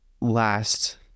last